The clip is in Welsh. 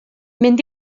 mynd